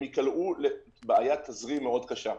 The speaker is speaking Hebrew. הם יקלעו לבעיית תזרים מאוד קשה.